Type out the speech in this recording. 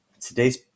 Today's